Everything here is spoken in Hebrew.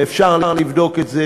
ואפשר לבדוק את זה,